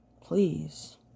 Please